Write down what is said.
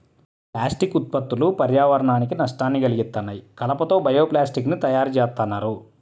plastic ఉత్పత్తులు పర్యావరణానికి నష్టాన్ని కల్గిత్తన్నాయి, కలప తో బయో ప్లాస్టిక్ ని తయ్యారుజేత్తన్నారు